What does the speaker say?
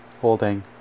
holding